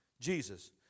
Jesus